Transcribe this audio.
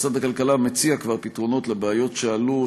משרד הכלכלה מציע כבר פתרונות לבעיות שעלו,